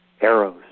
arrows